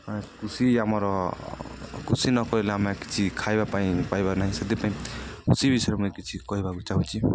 କୃଷି ଆମର କୃଷି ନକହିଲେ ଆମେ କିଛି ଖାଇବା ପାଇଁ ପାଇବା ନାହିଁ ସେଥିପାଇଁ କୃଷି ବିଷୟରେ ମୁଁ କିଛି କହିବାପାଇଁ ଚାହୁଁଛି